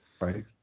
Right